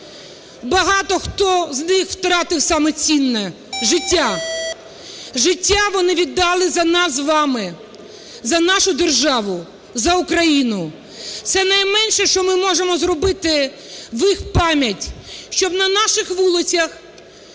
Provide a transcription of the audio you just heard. Багато хто з них втратив саме цінне – життя. Життя вони віддали за нас з вами, за нашу державу, за Україну. Це найменше, що ми можемо зробити в їх пам'ять, щоб на наших вулицях